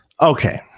Okay